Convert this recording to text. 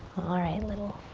alright little,